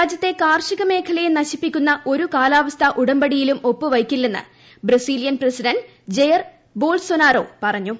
രാജ്യത്തെ കാർഷിക മേഖ്ലൂൺ നശിപ്പിക്കുന്ന ഒരു കാലാവസ്ഥാ ഉടമ്പടിയിലും ഒപ്പുവിയ്ക്ക്ല്ലെന്ന് ബ്രസീലിയൻ പ്രസിഡന്റ് ജയർ ബൊൾസോനാറോ പറഞ്ഞു